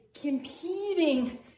competing